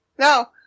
No